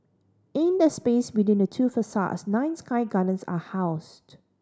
in the space between the two facades nine sky gardens are housed